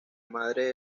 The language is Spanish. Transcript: madre